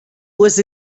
was